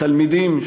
התלמידים,